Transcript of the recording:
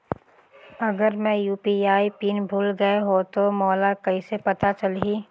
अगर मैं UPI PIN भुल गये हो तो मोला कइसे पता चलही?